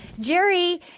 Jerry